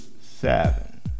Seven